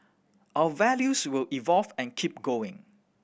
our values will evolve and keep going